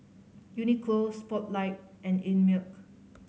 Uniqlo Spotlight and Einmilk